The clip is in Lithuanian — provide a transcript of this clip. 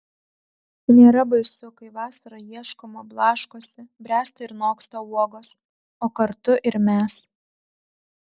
nėra baisu kai vasarą ieškoma blaškosi bręsta ir noksta uogos o kartu ir mes